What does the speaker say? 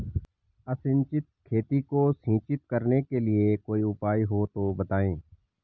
असिंचित खेती को सिंचित करने के लिए कोई उपाय हो तो बताएं?